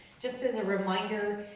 just as a reminder,